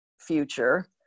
future